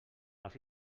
als